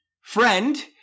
Friend